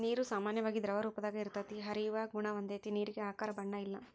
ನೇರು ಸಾಮಾನ್ಯವಾಗಿ ದ್ರವರೂಪದಾಗ ಇರತತಿ, ಹರಿಯುವ ಗುಣಾ ಹೊಂದೆತಿ ನೇರಿಗೆ ಆಕಾರ ಬಣ್ಣ ಇಲ್ಲಾ